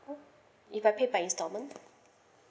uh if I pay by installment